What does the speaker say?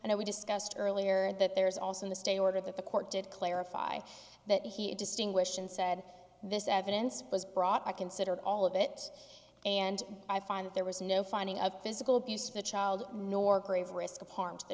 and we discussed earlier that there is also the state ordered that the court did clarify that he distinguish and said this evidence was brought i considered all of it and i find that there was no finding of physical abuse of the child nor grave risk of harm to the